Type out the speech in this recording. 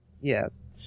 Yes